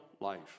life